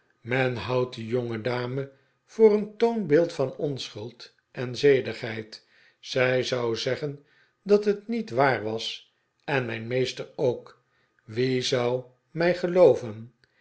men houdt de jongedame voor een toonbeeld van onsch'uld en zedigheid zij zou zeggen dat het niet waar was en mijn meester ook wie zou mij pelooven